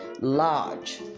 large